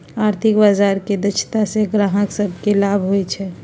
आर्थिक बजार के दक्षता से गाहक सभके लाभ होइ छइ